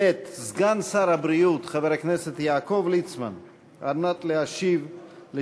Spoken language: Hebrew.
את סגן שר הבריאות חבר הכנסת יעקב ליצמן להשיב על